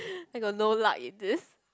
I got no luck in this